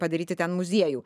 padaryti ten muziejų